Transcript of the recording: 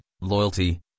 loyalty